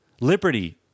Liberty